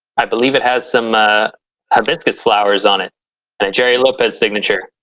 i believe it has some ah hibiscus flowers on it. and a gerry lopez signature.